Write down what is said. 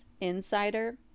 Insider